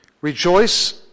Rejoice